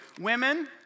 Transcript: Women